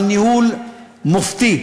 על ניהול מופתי.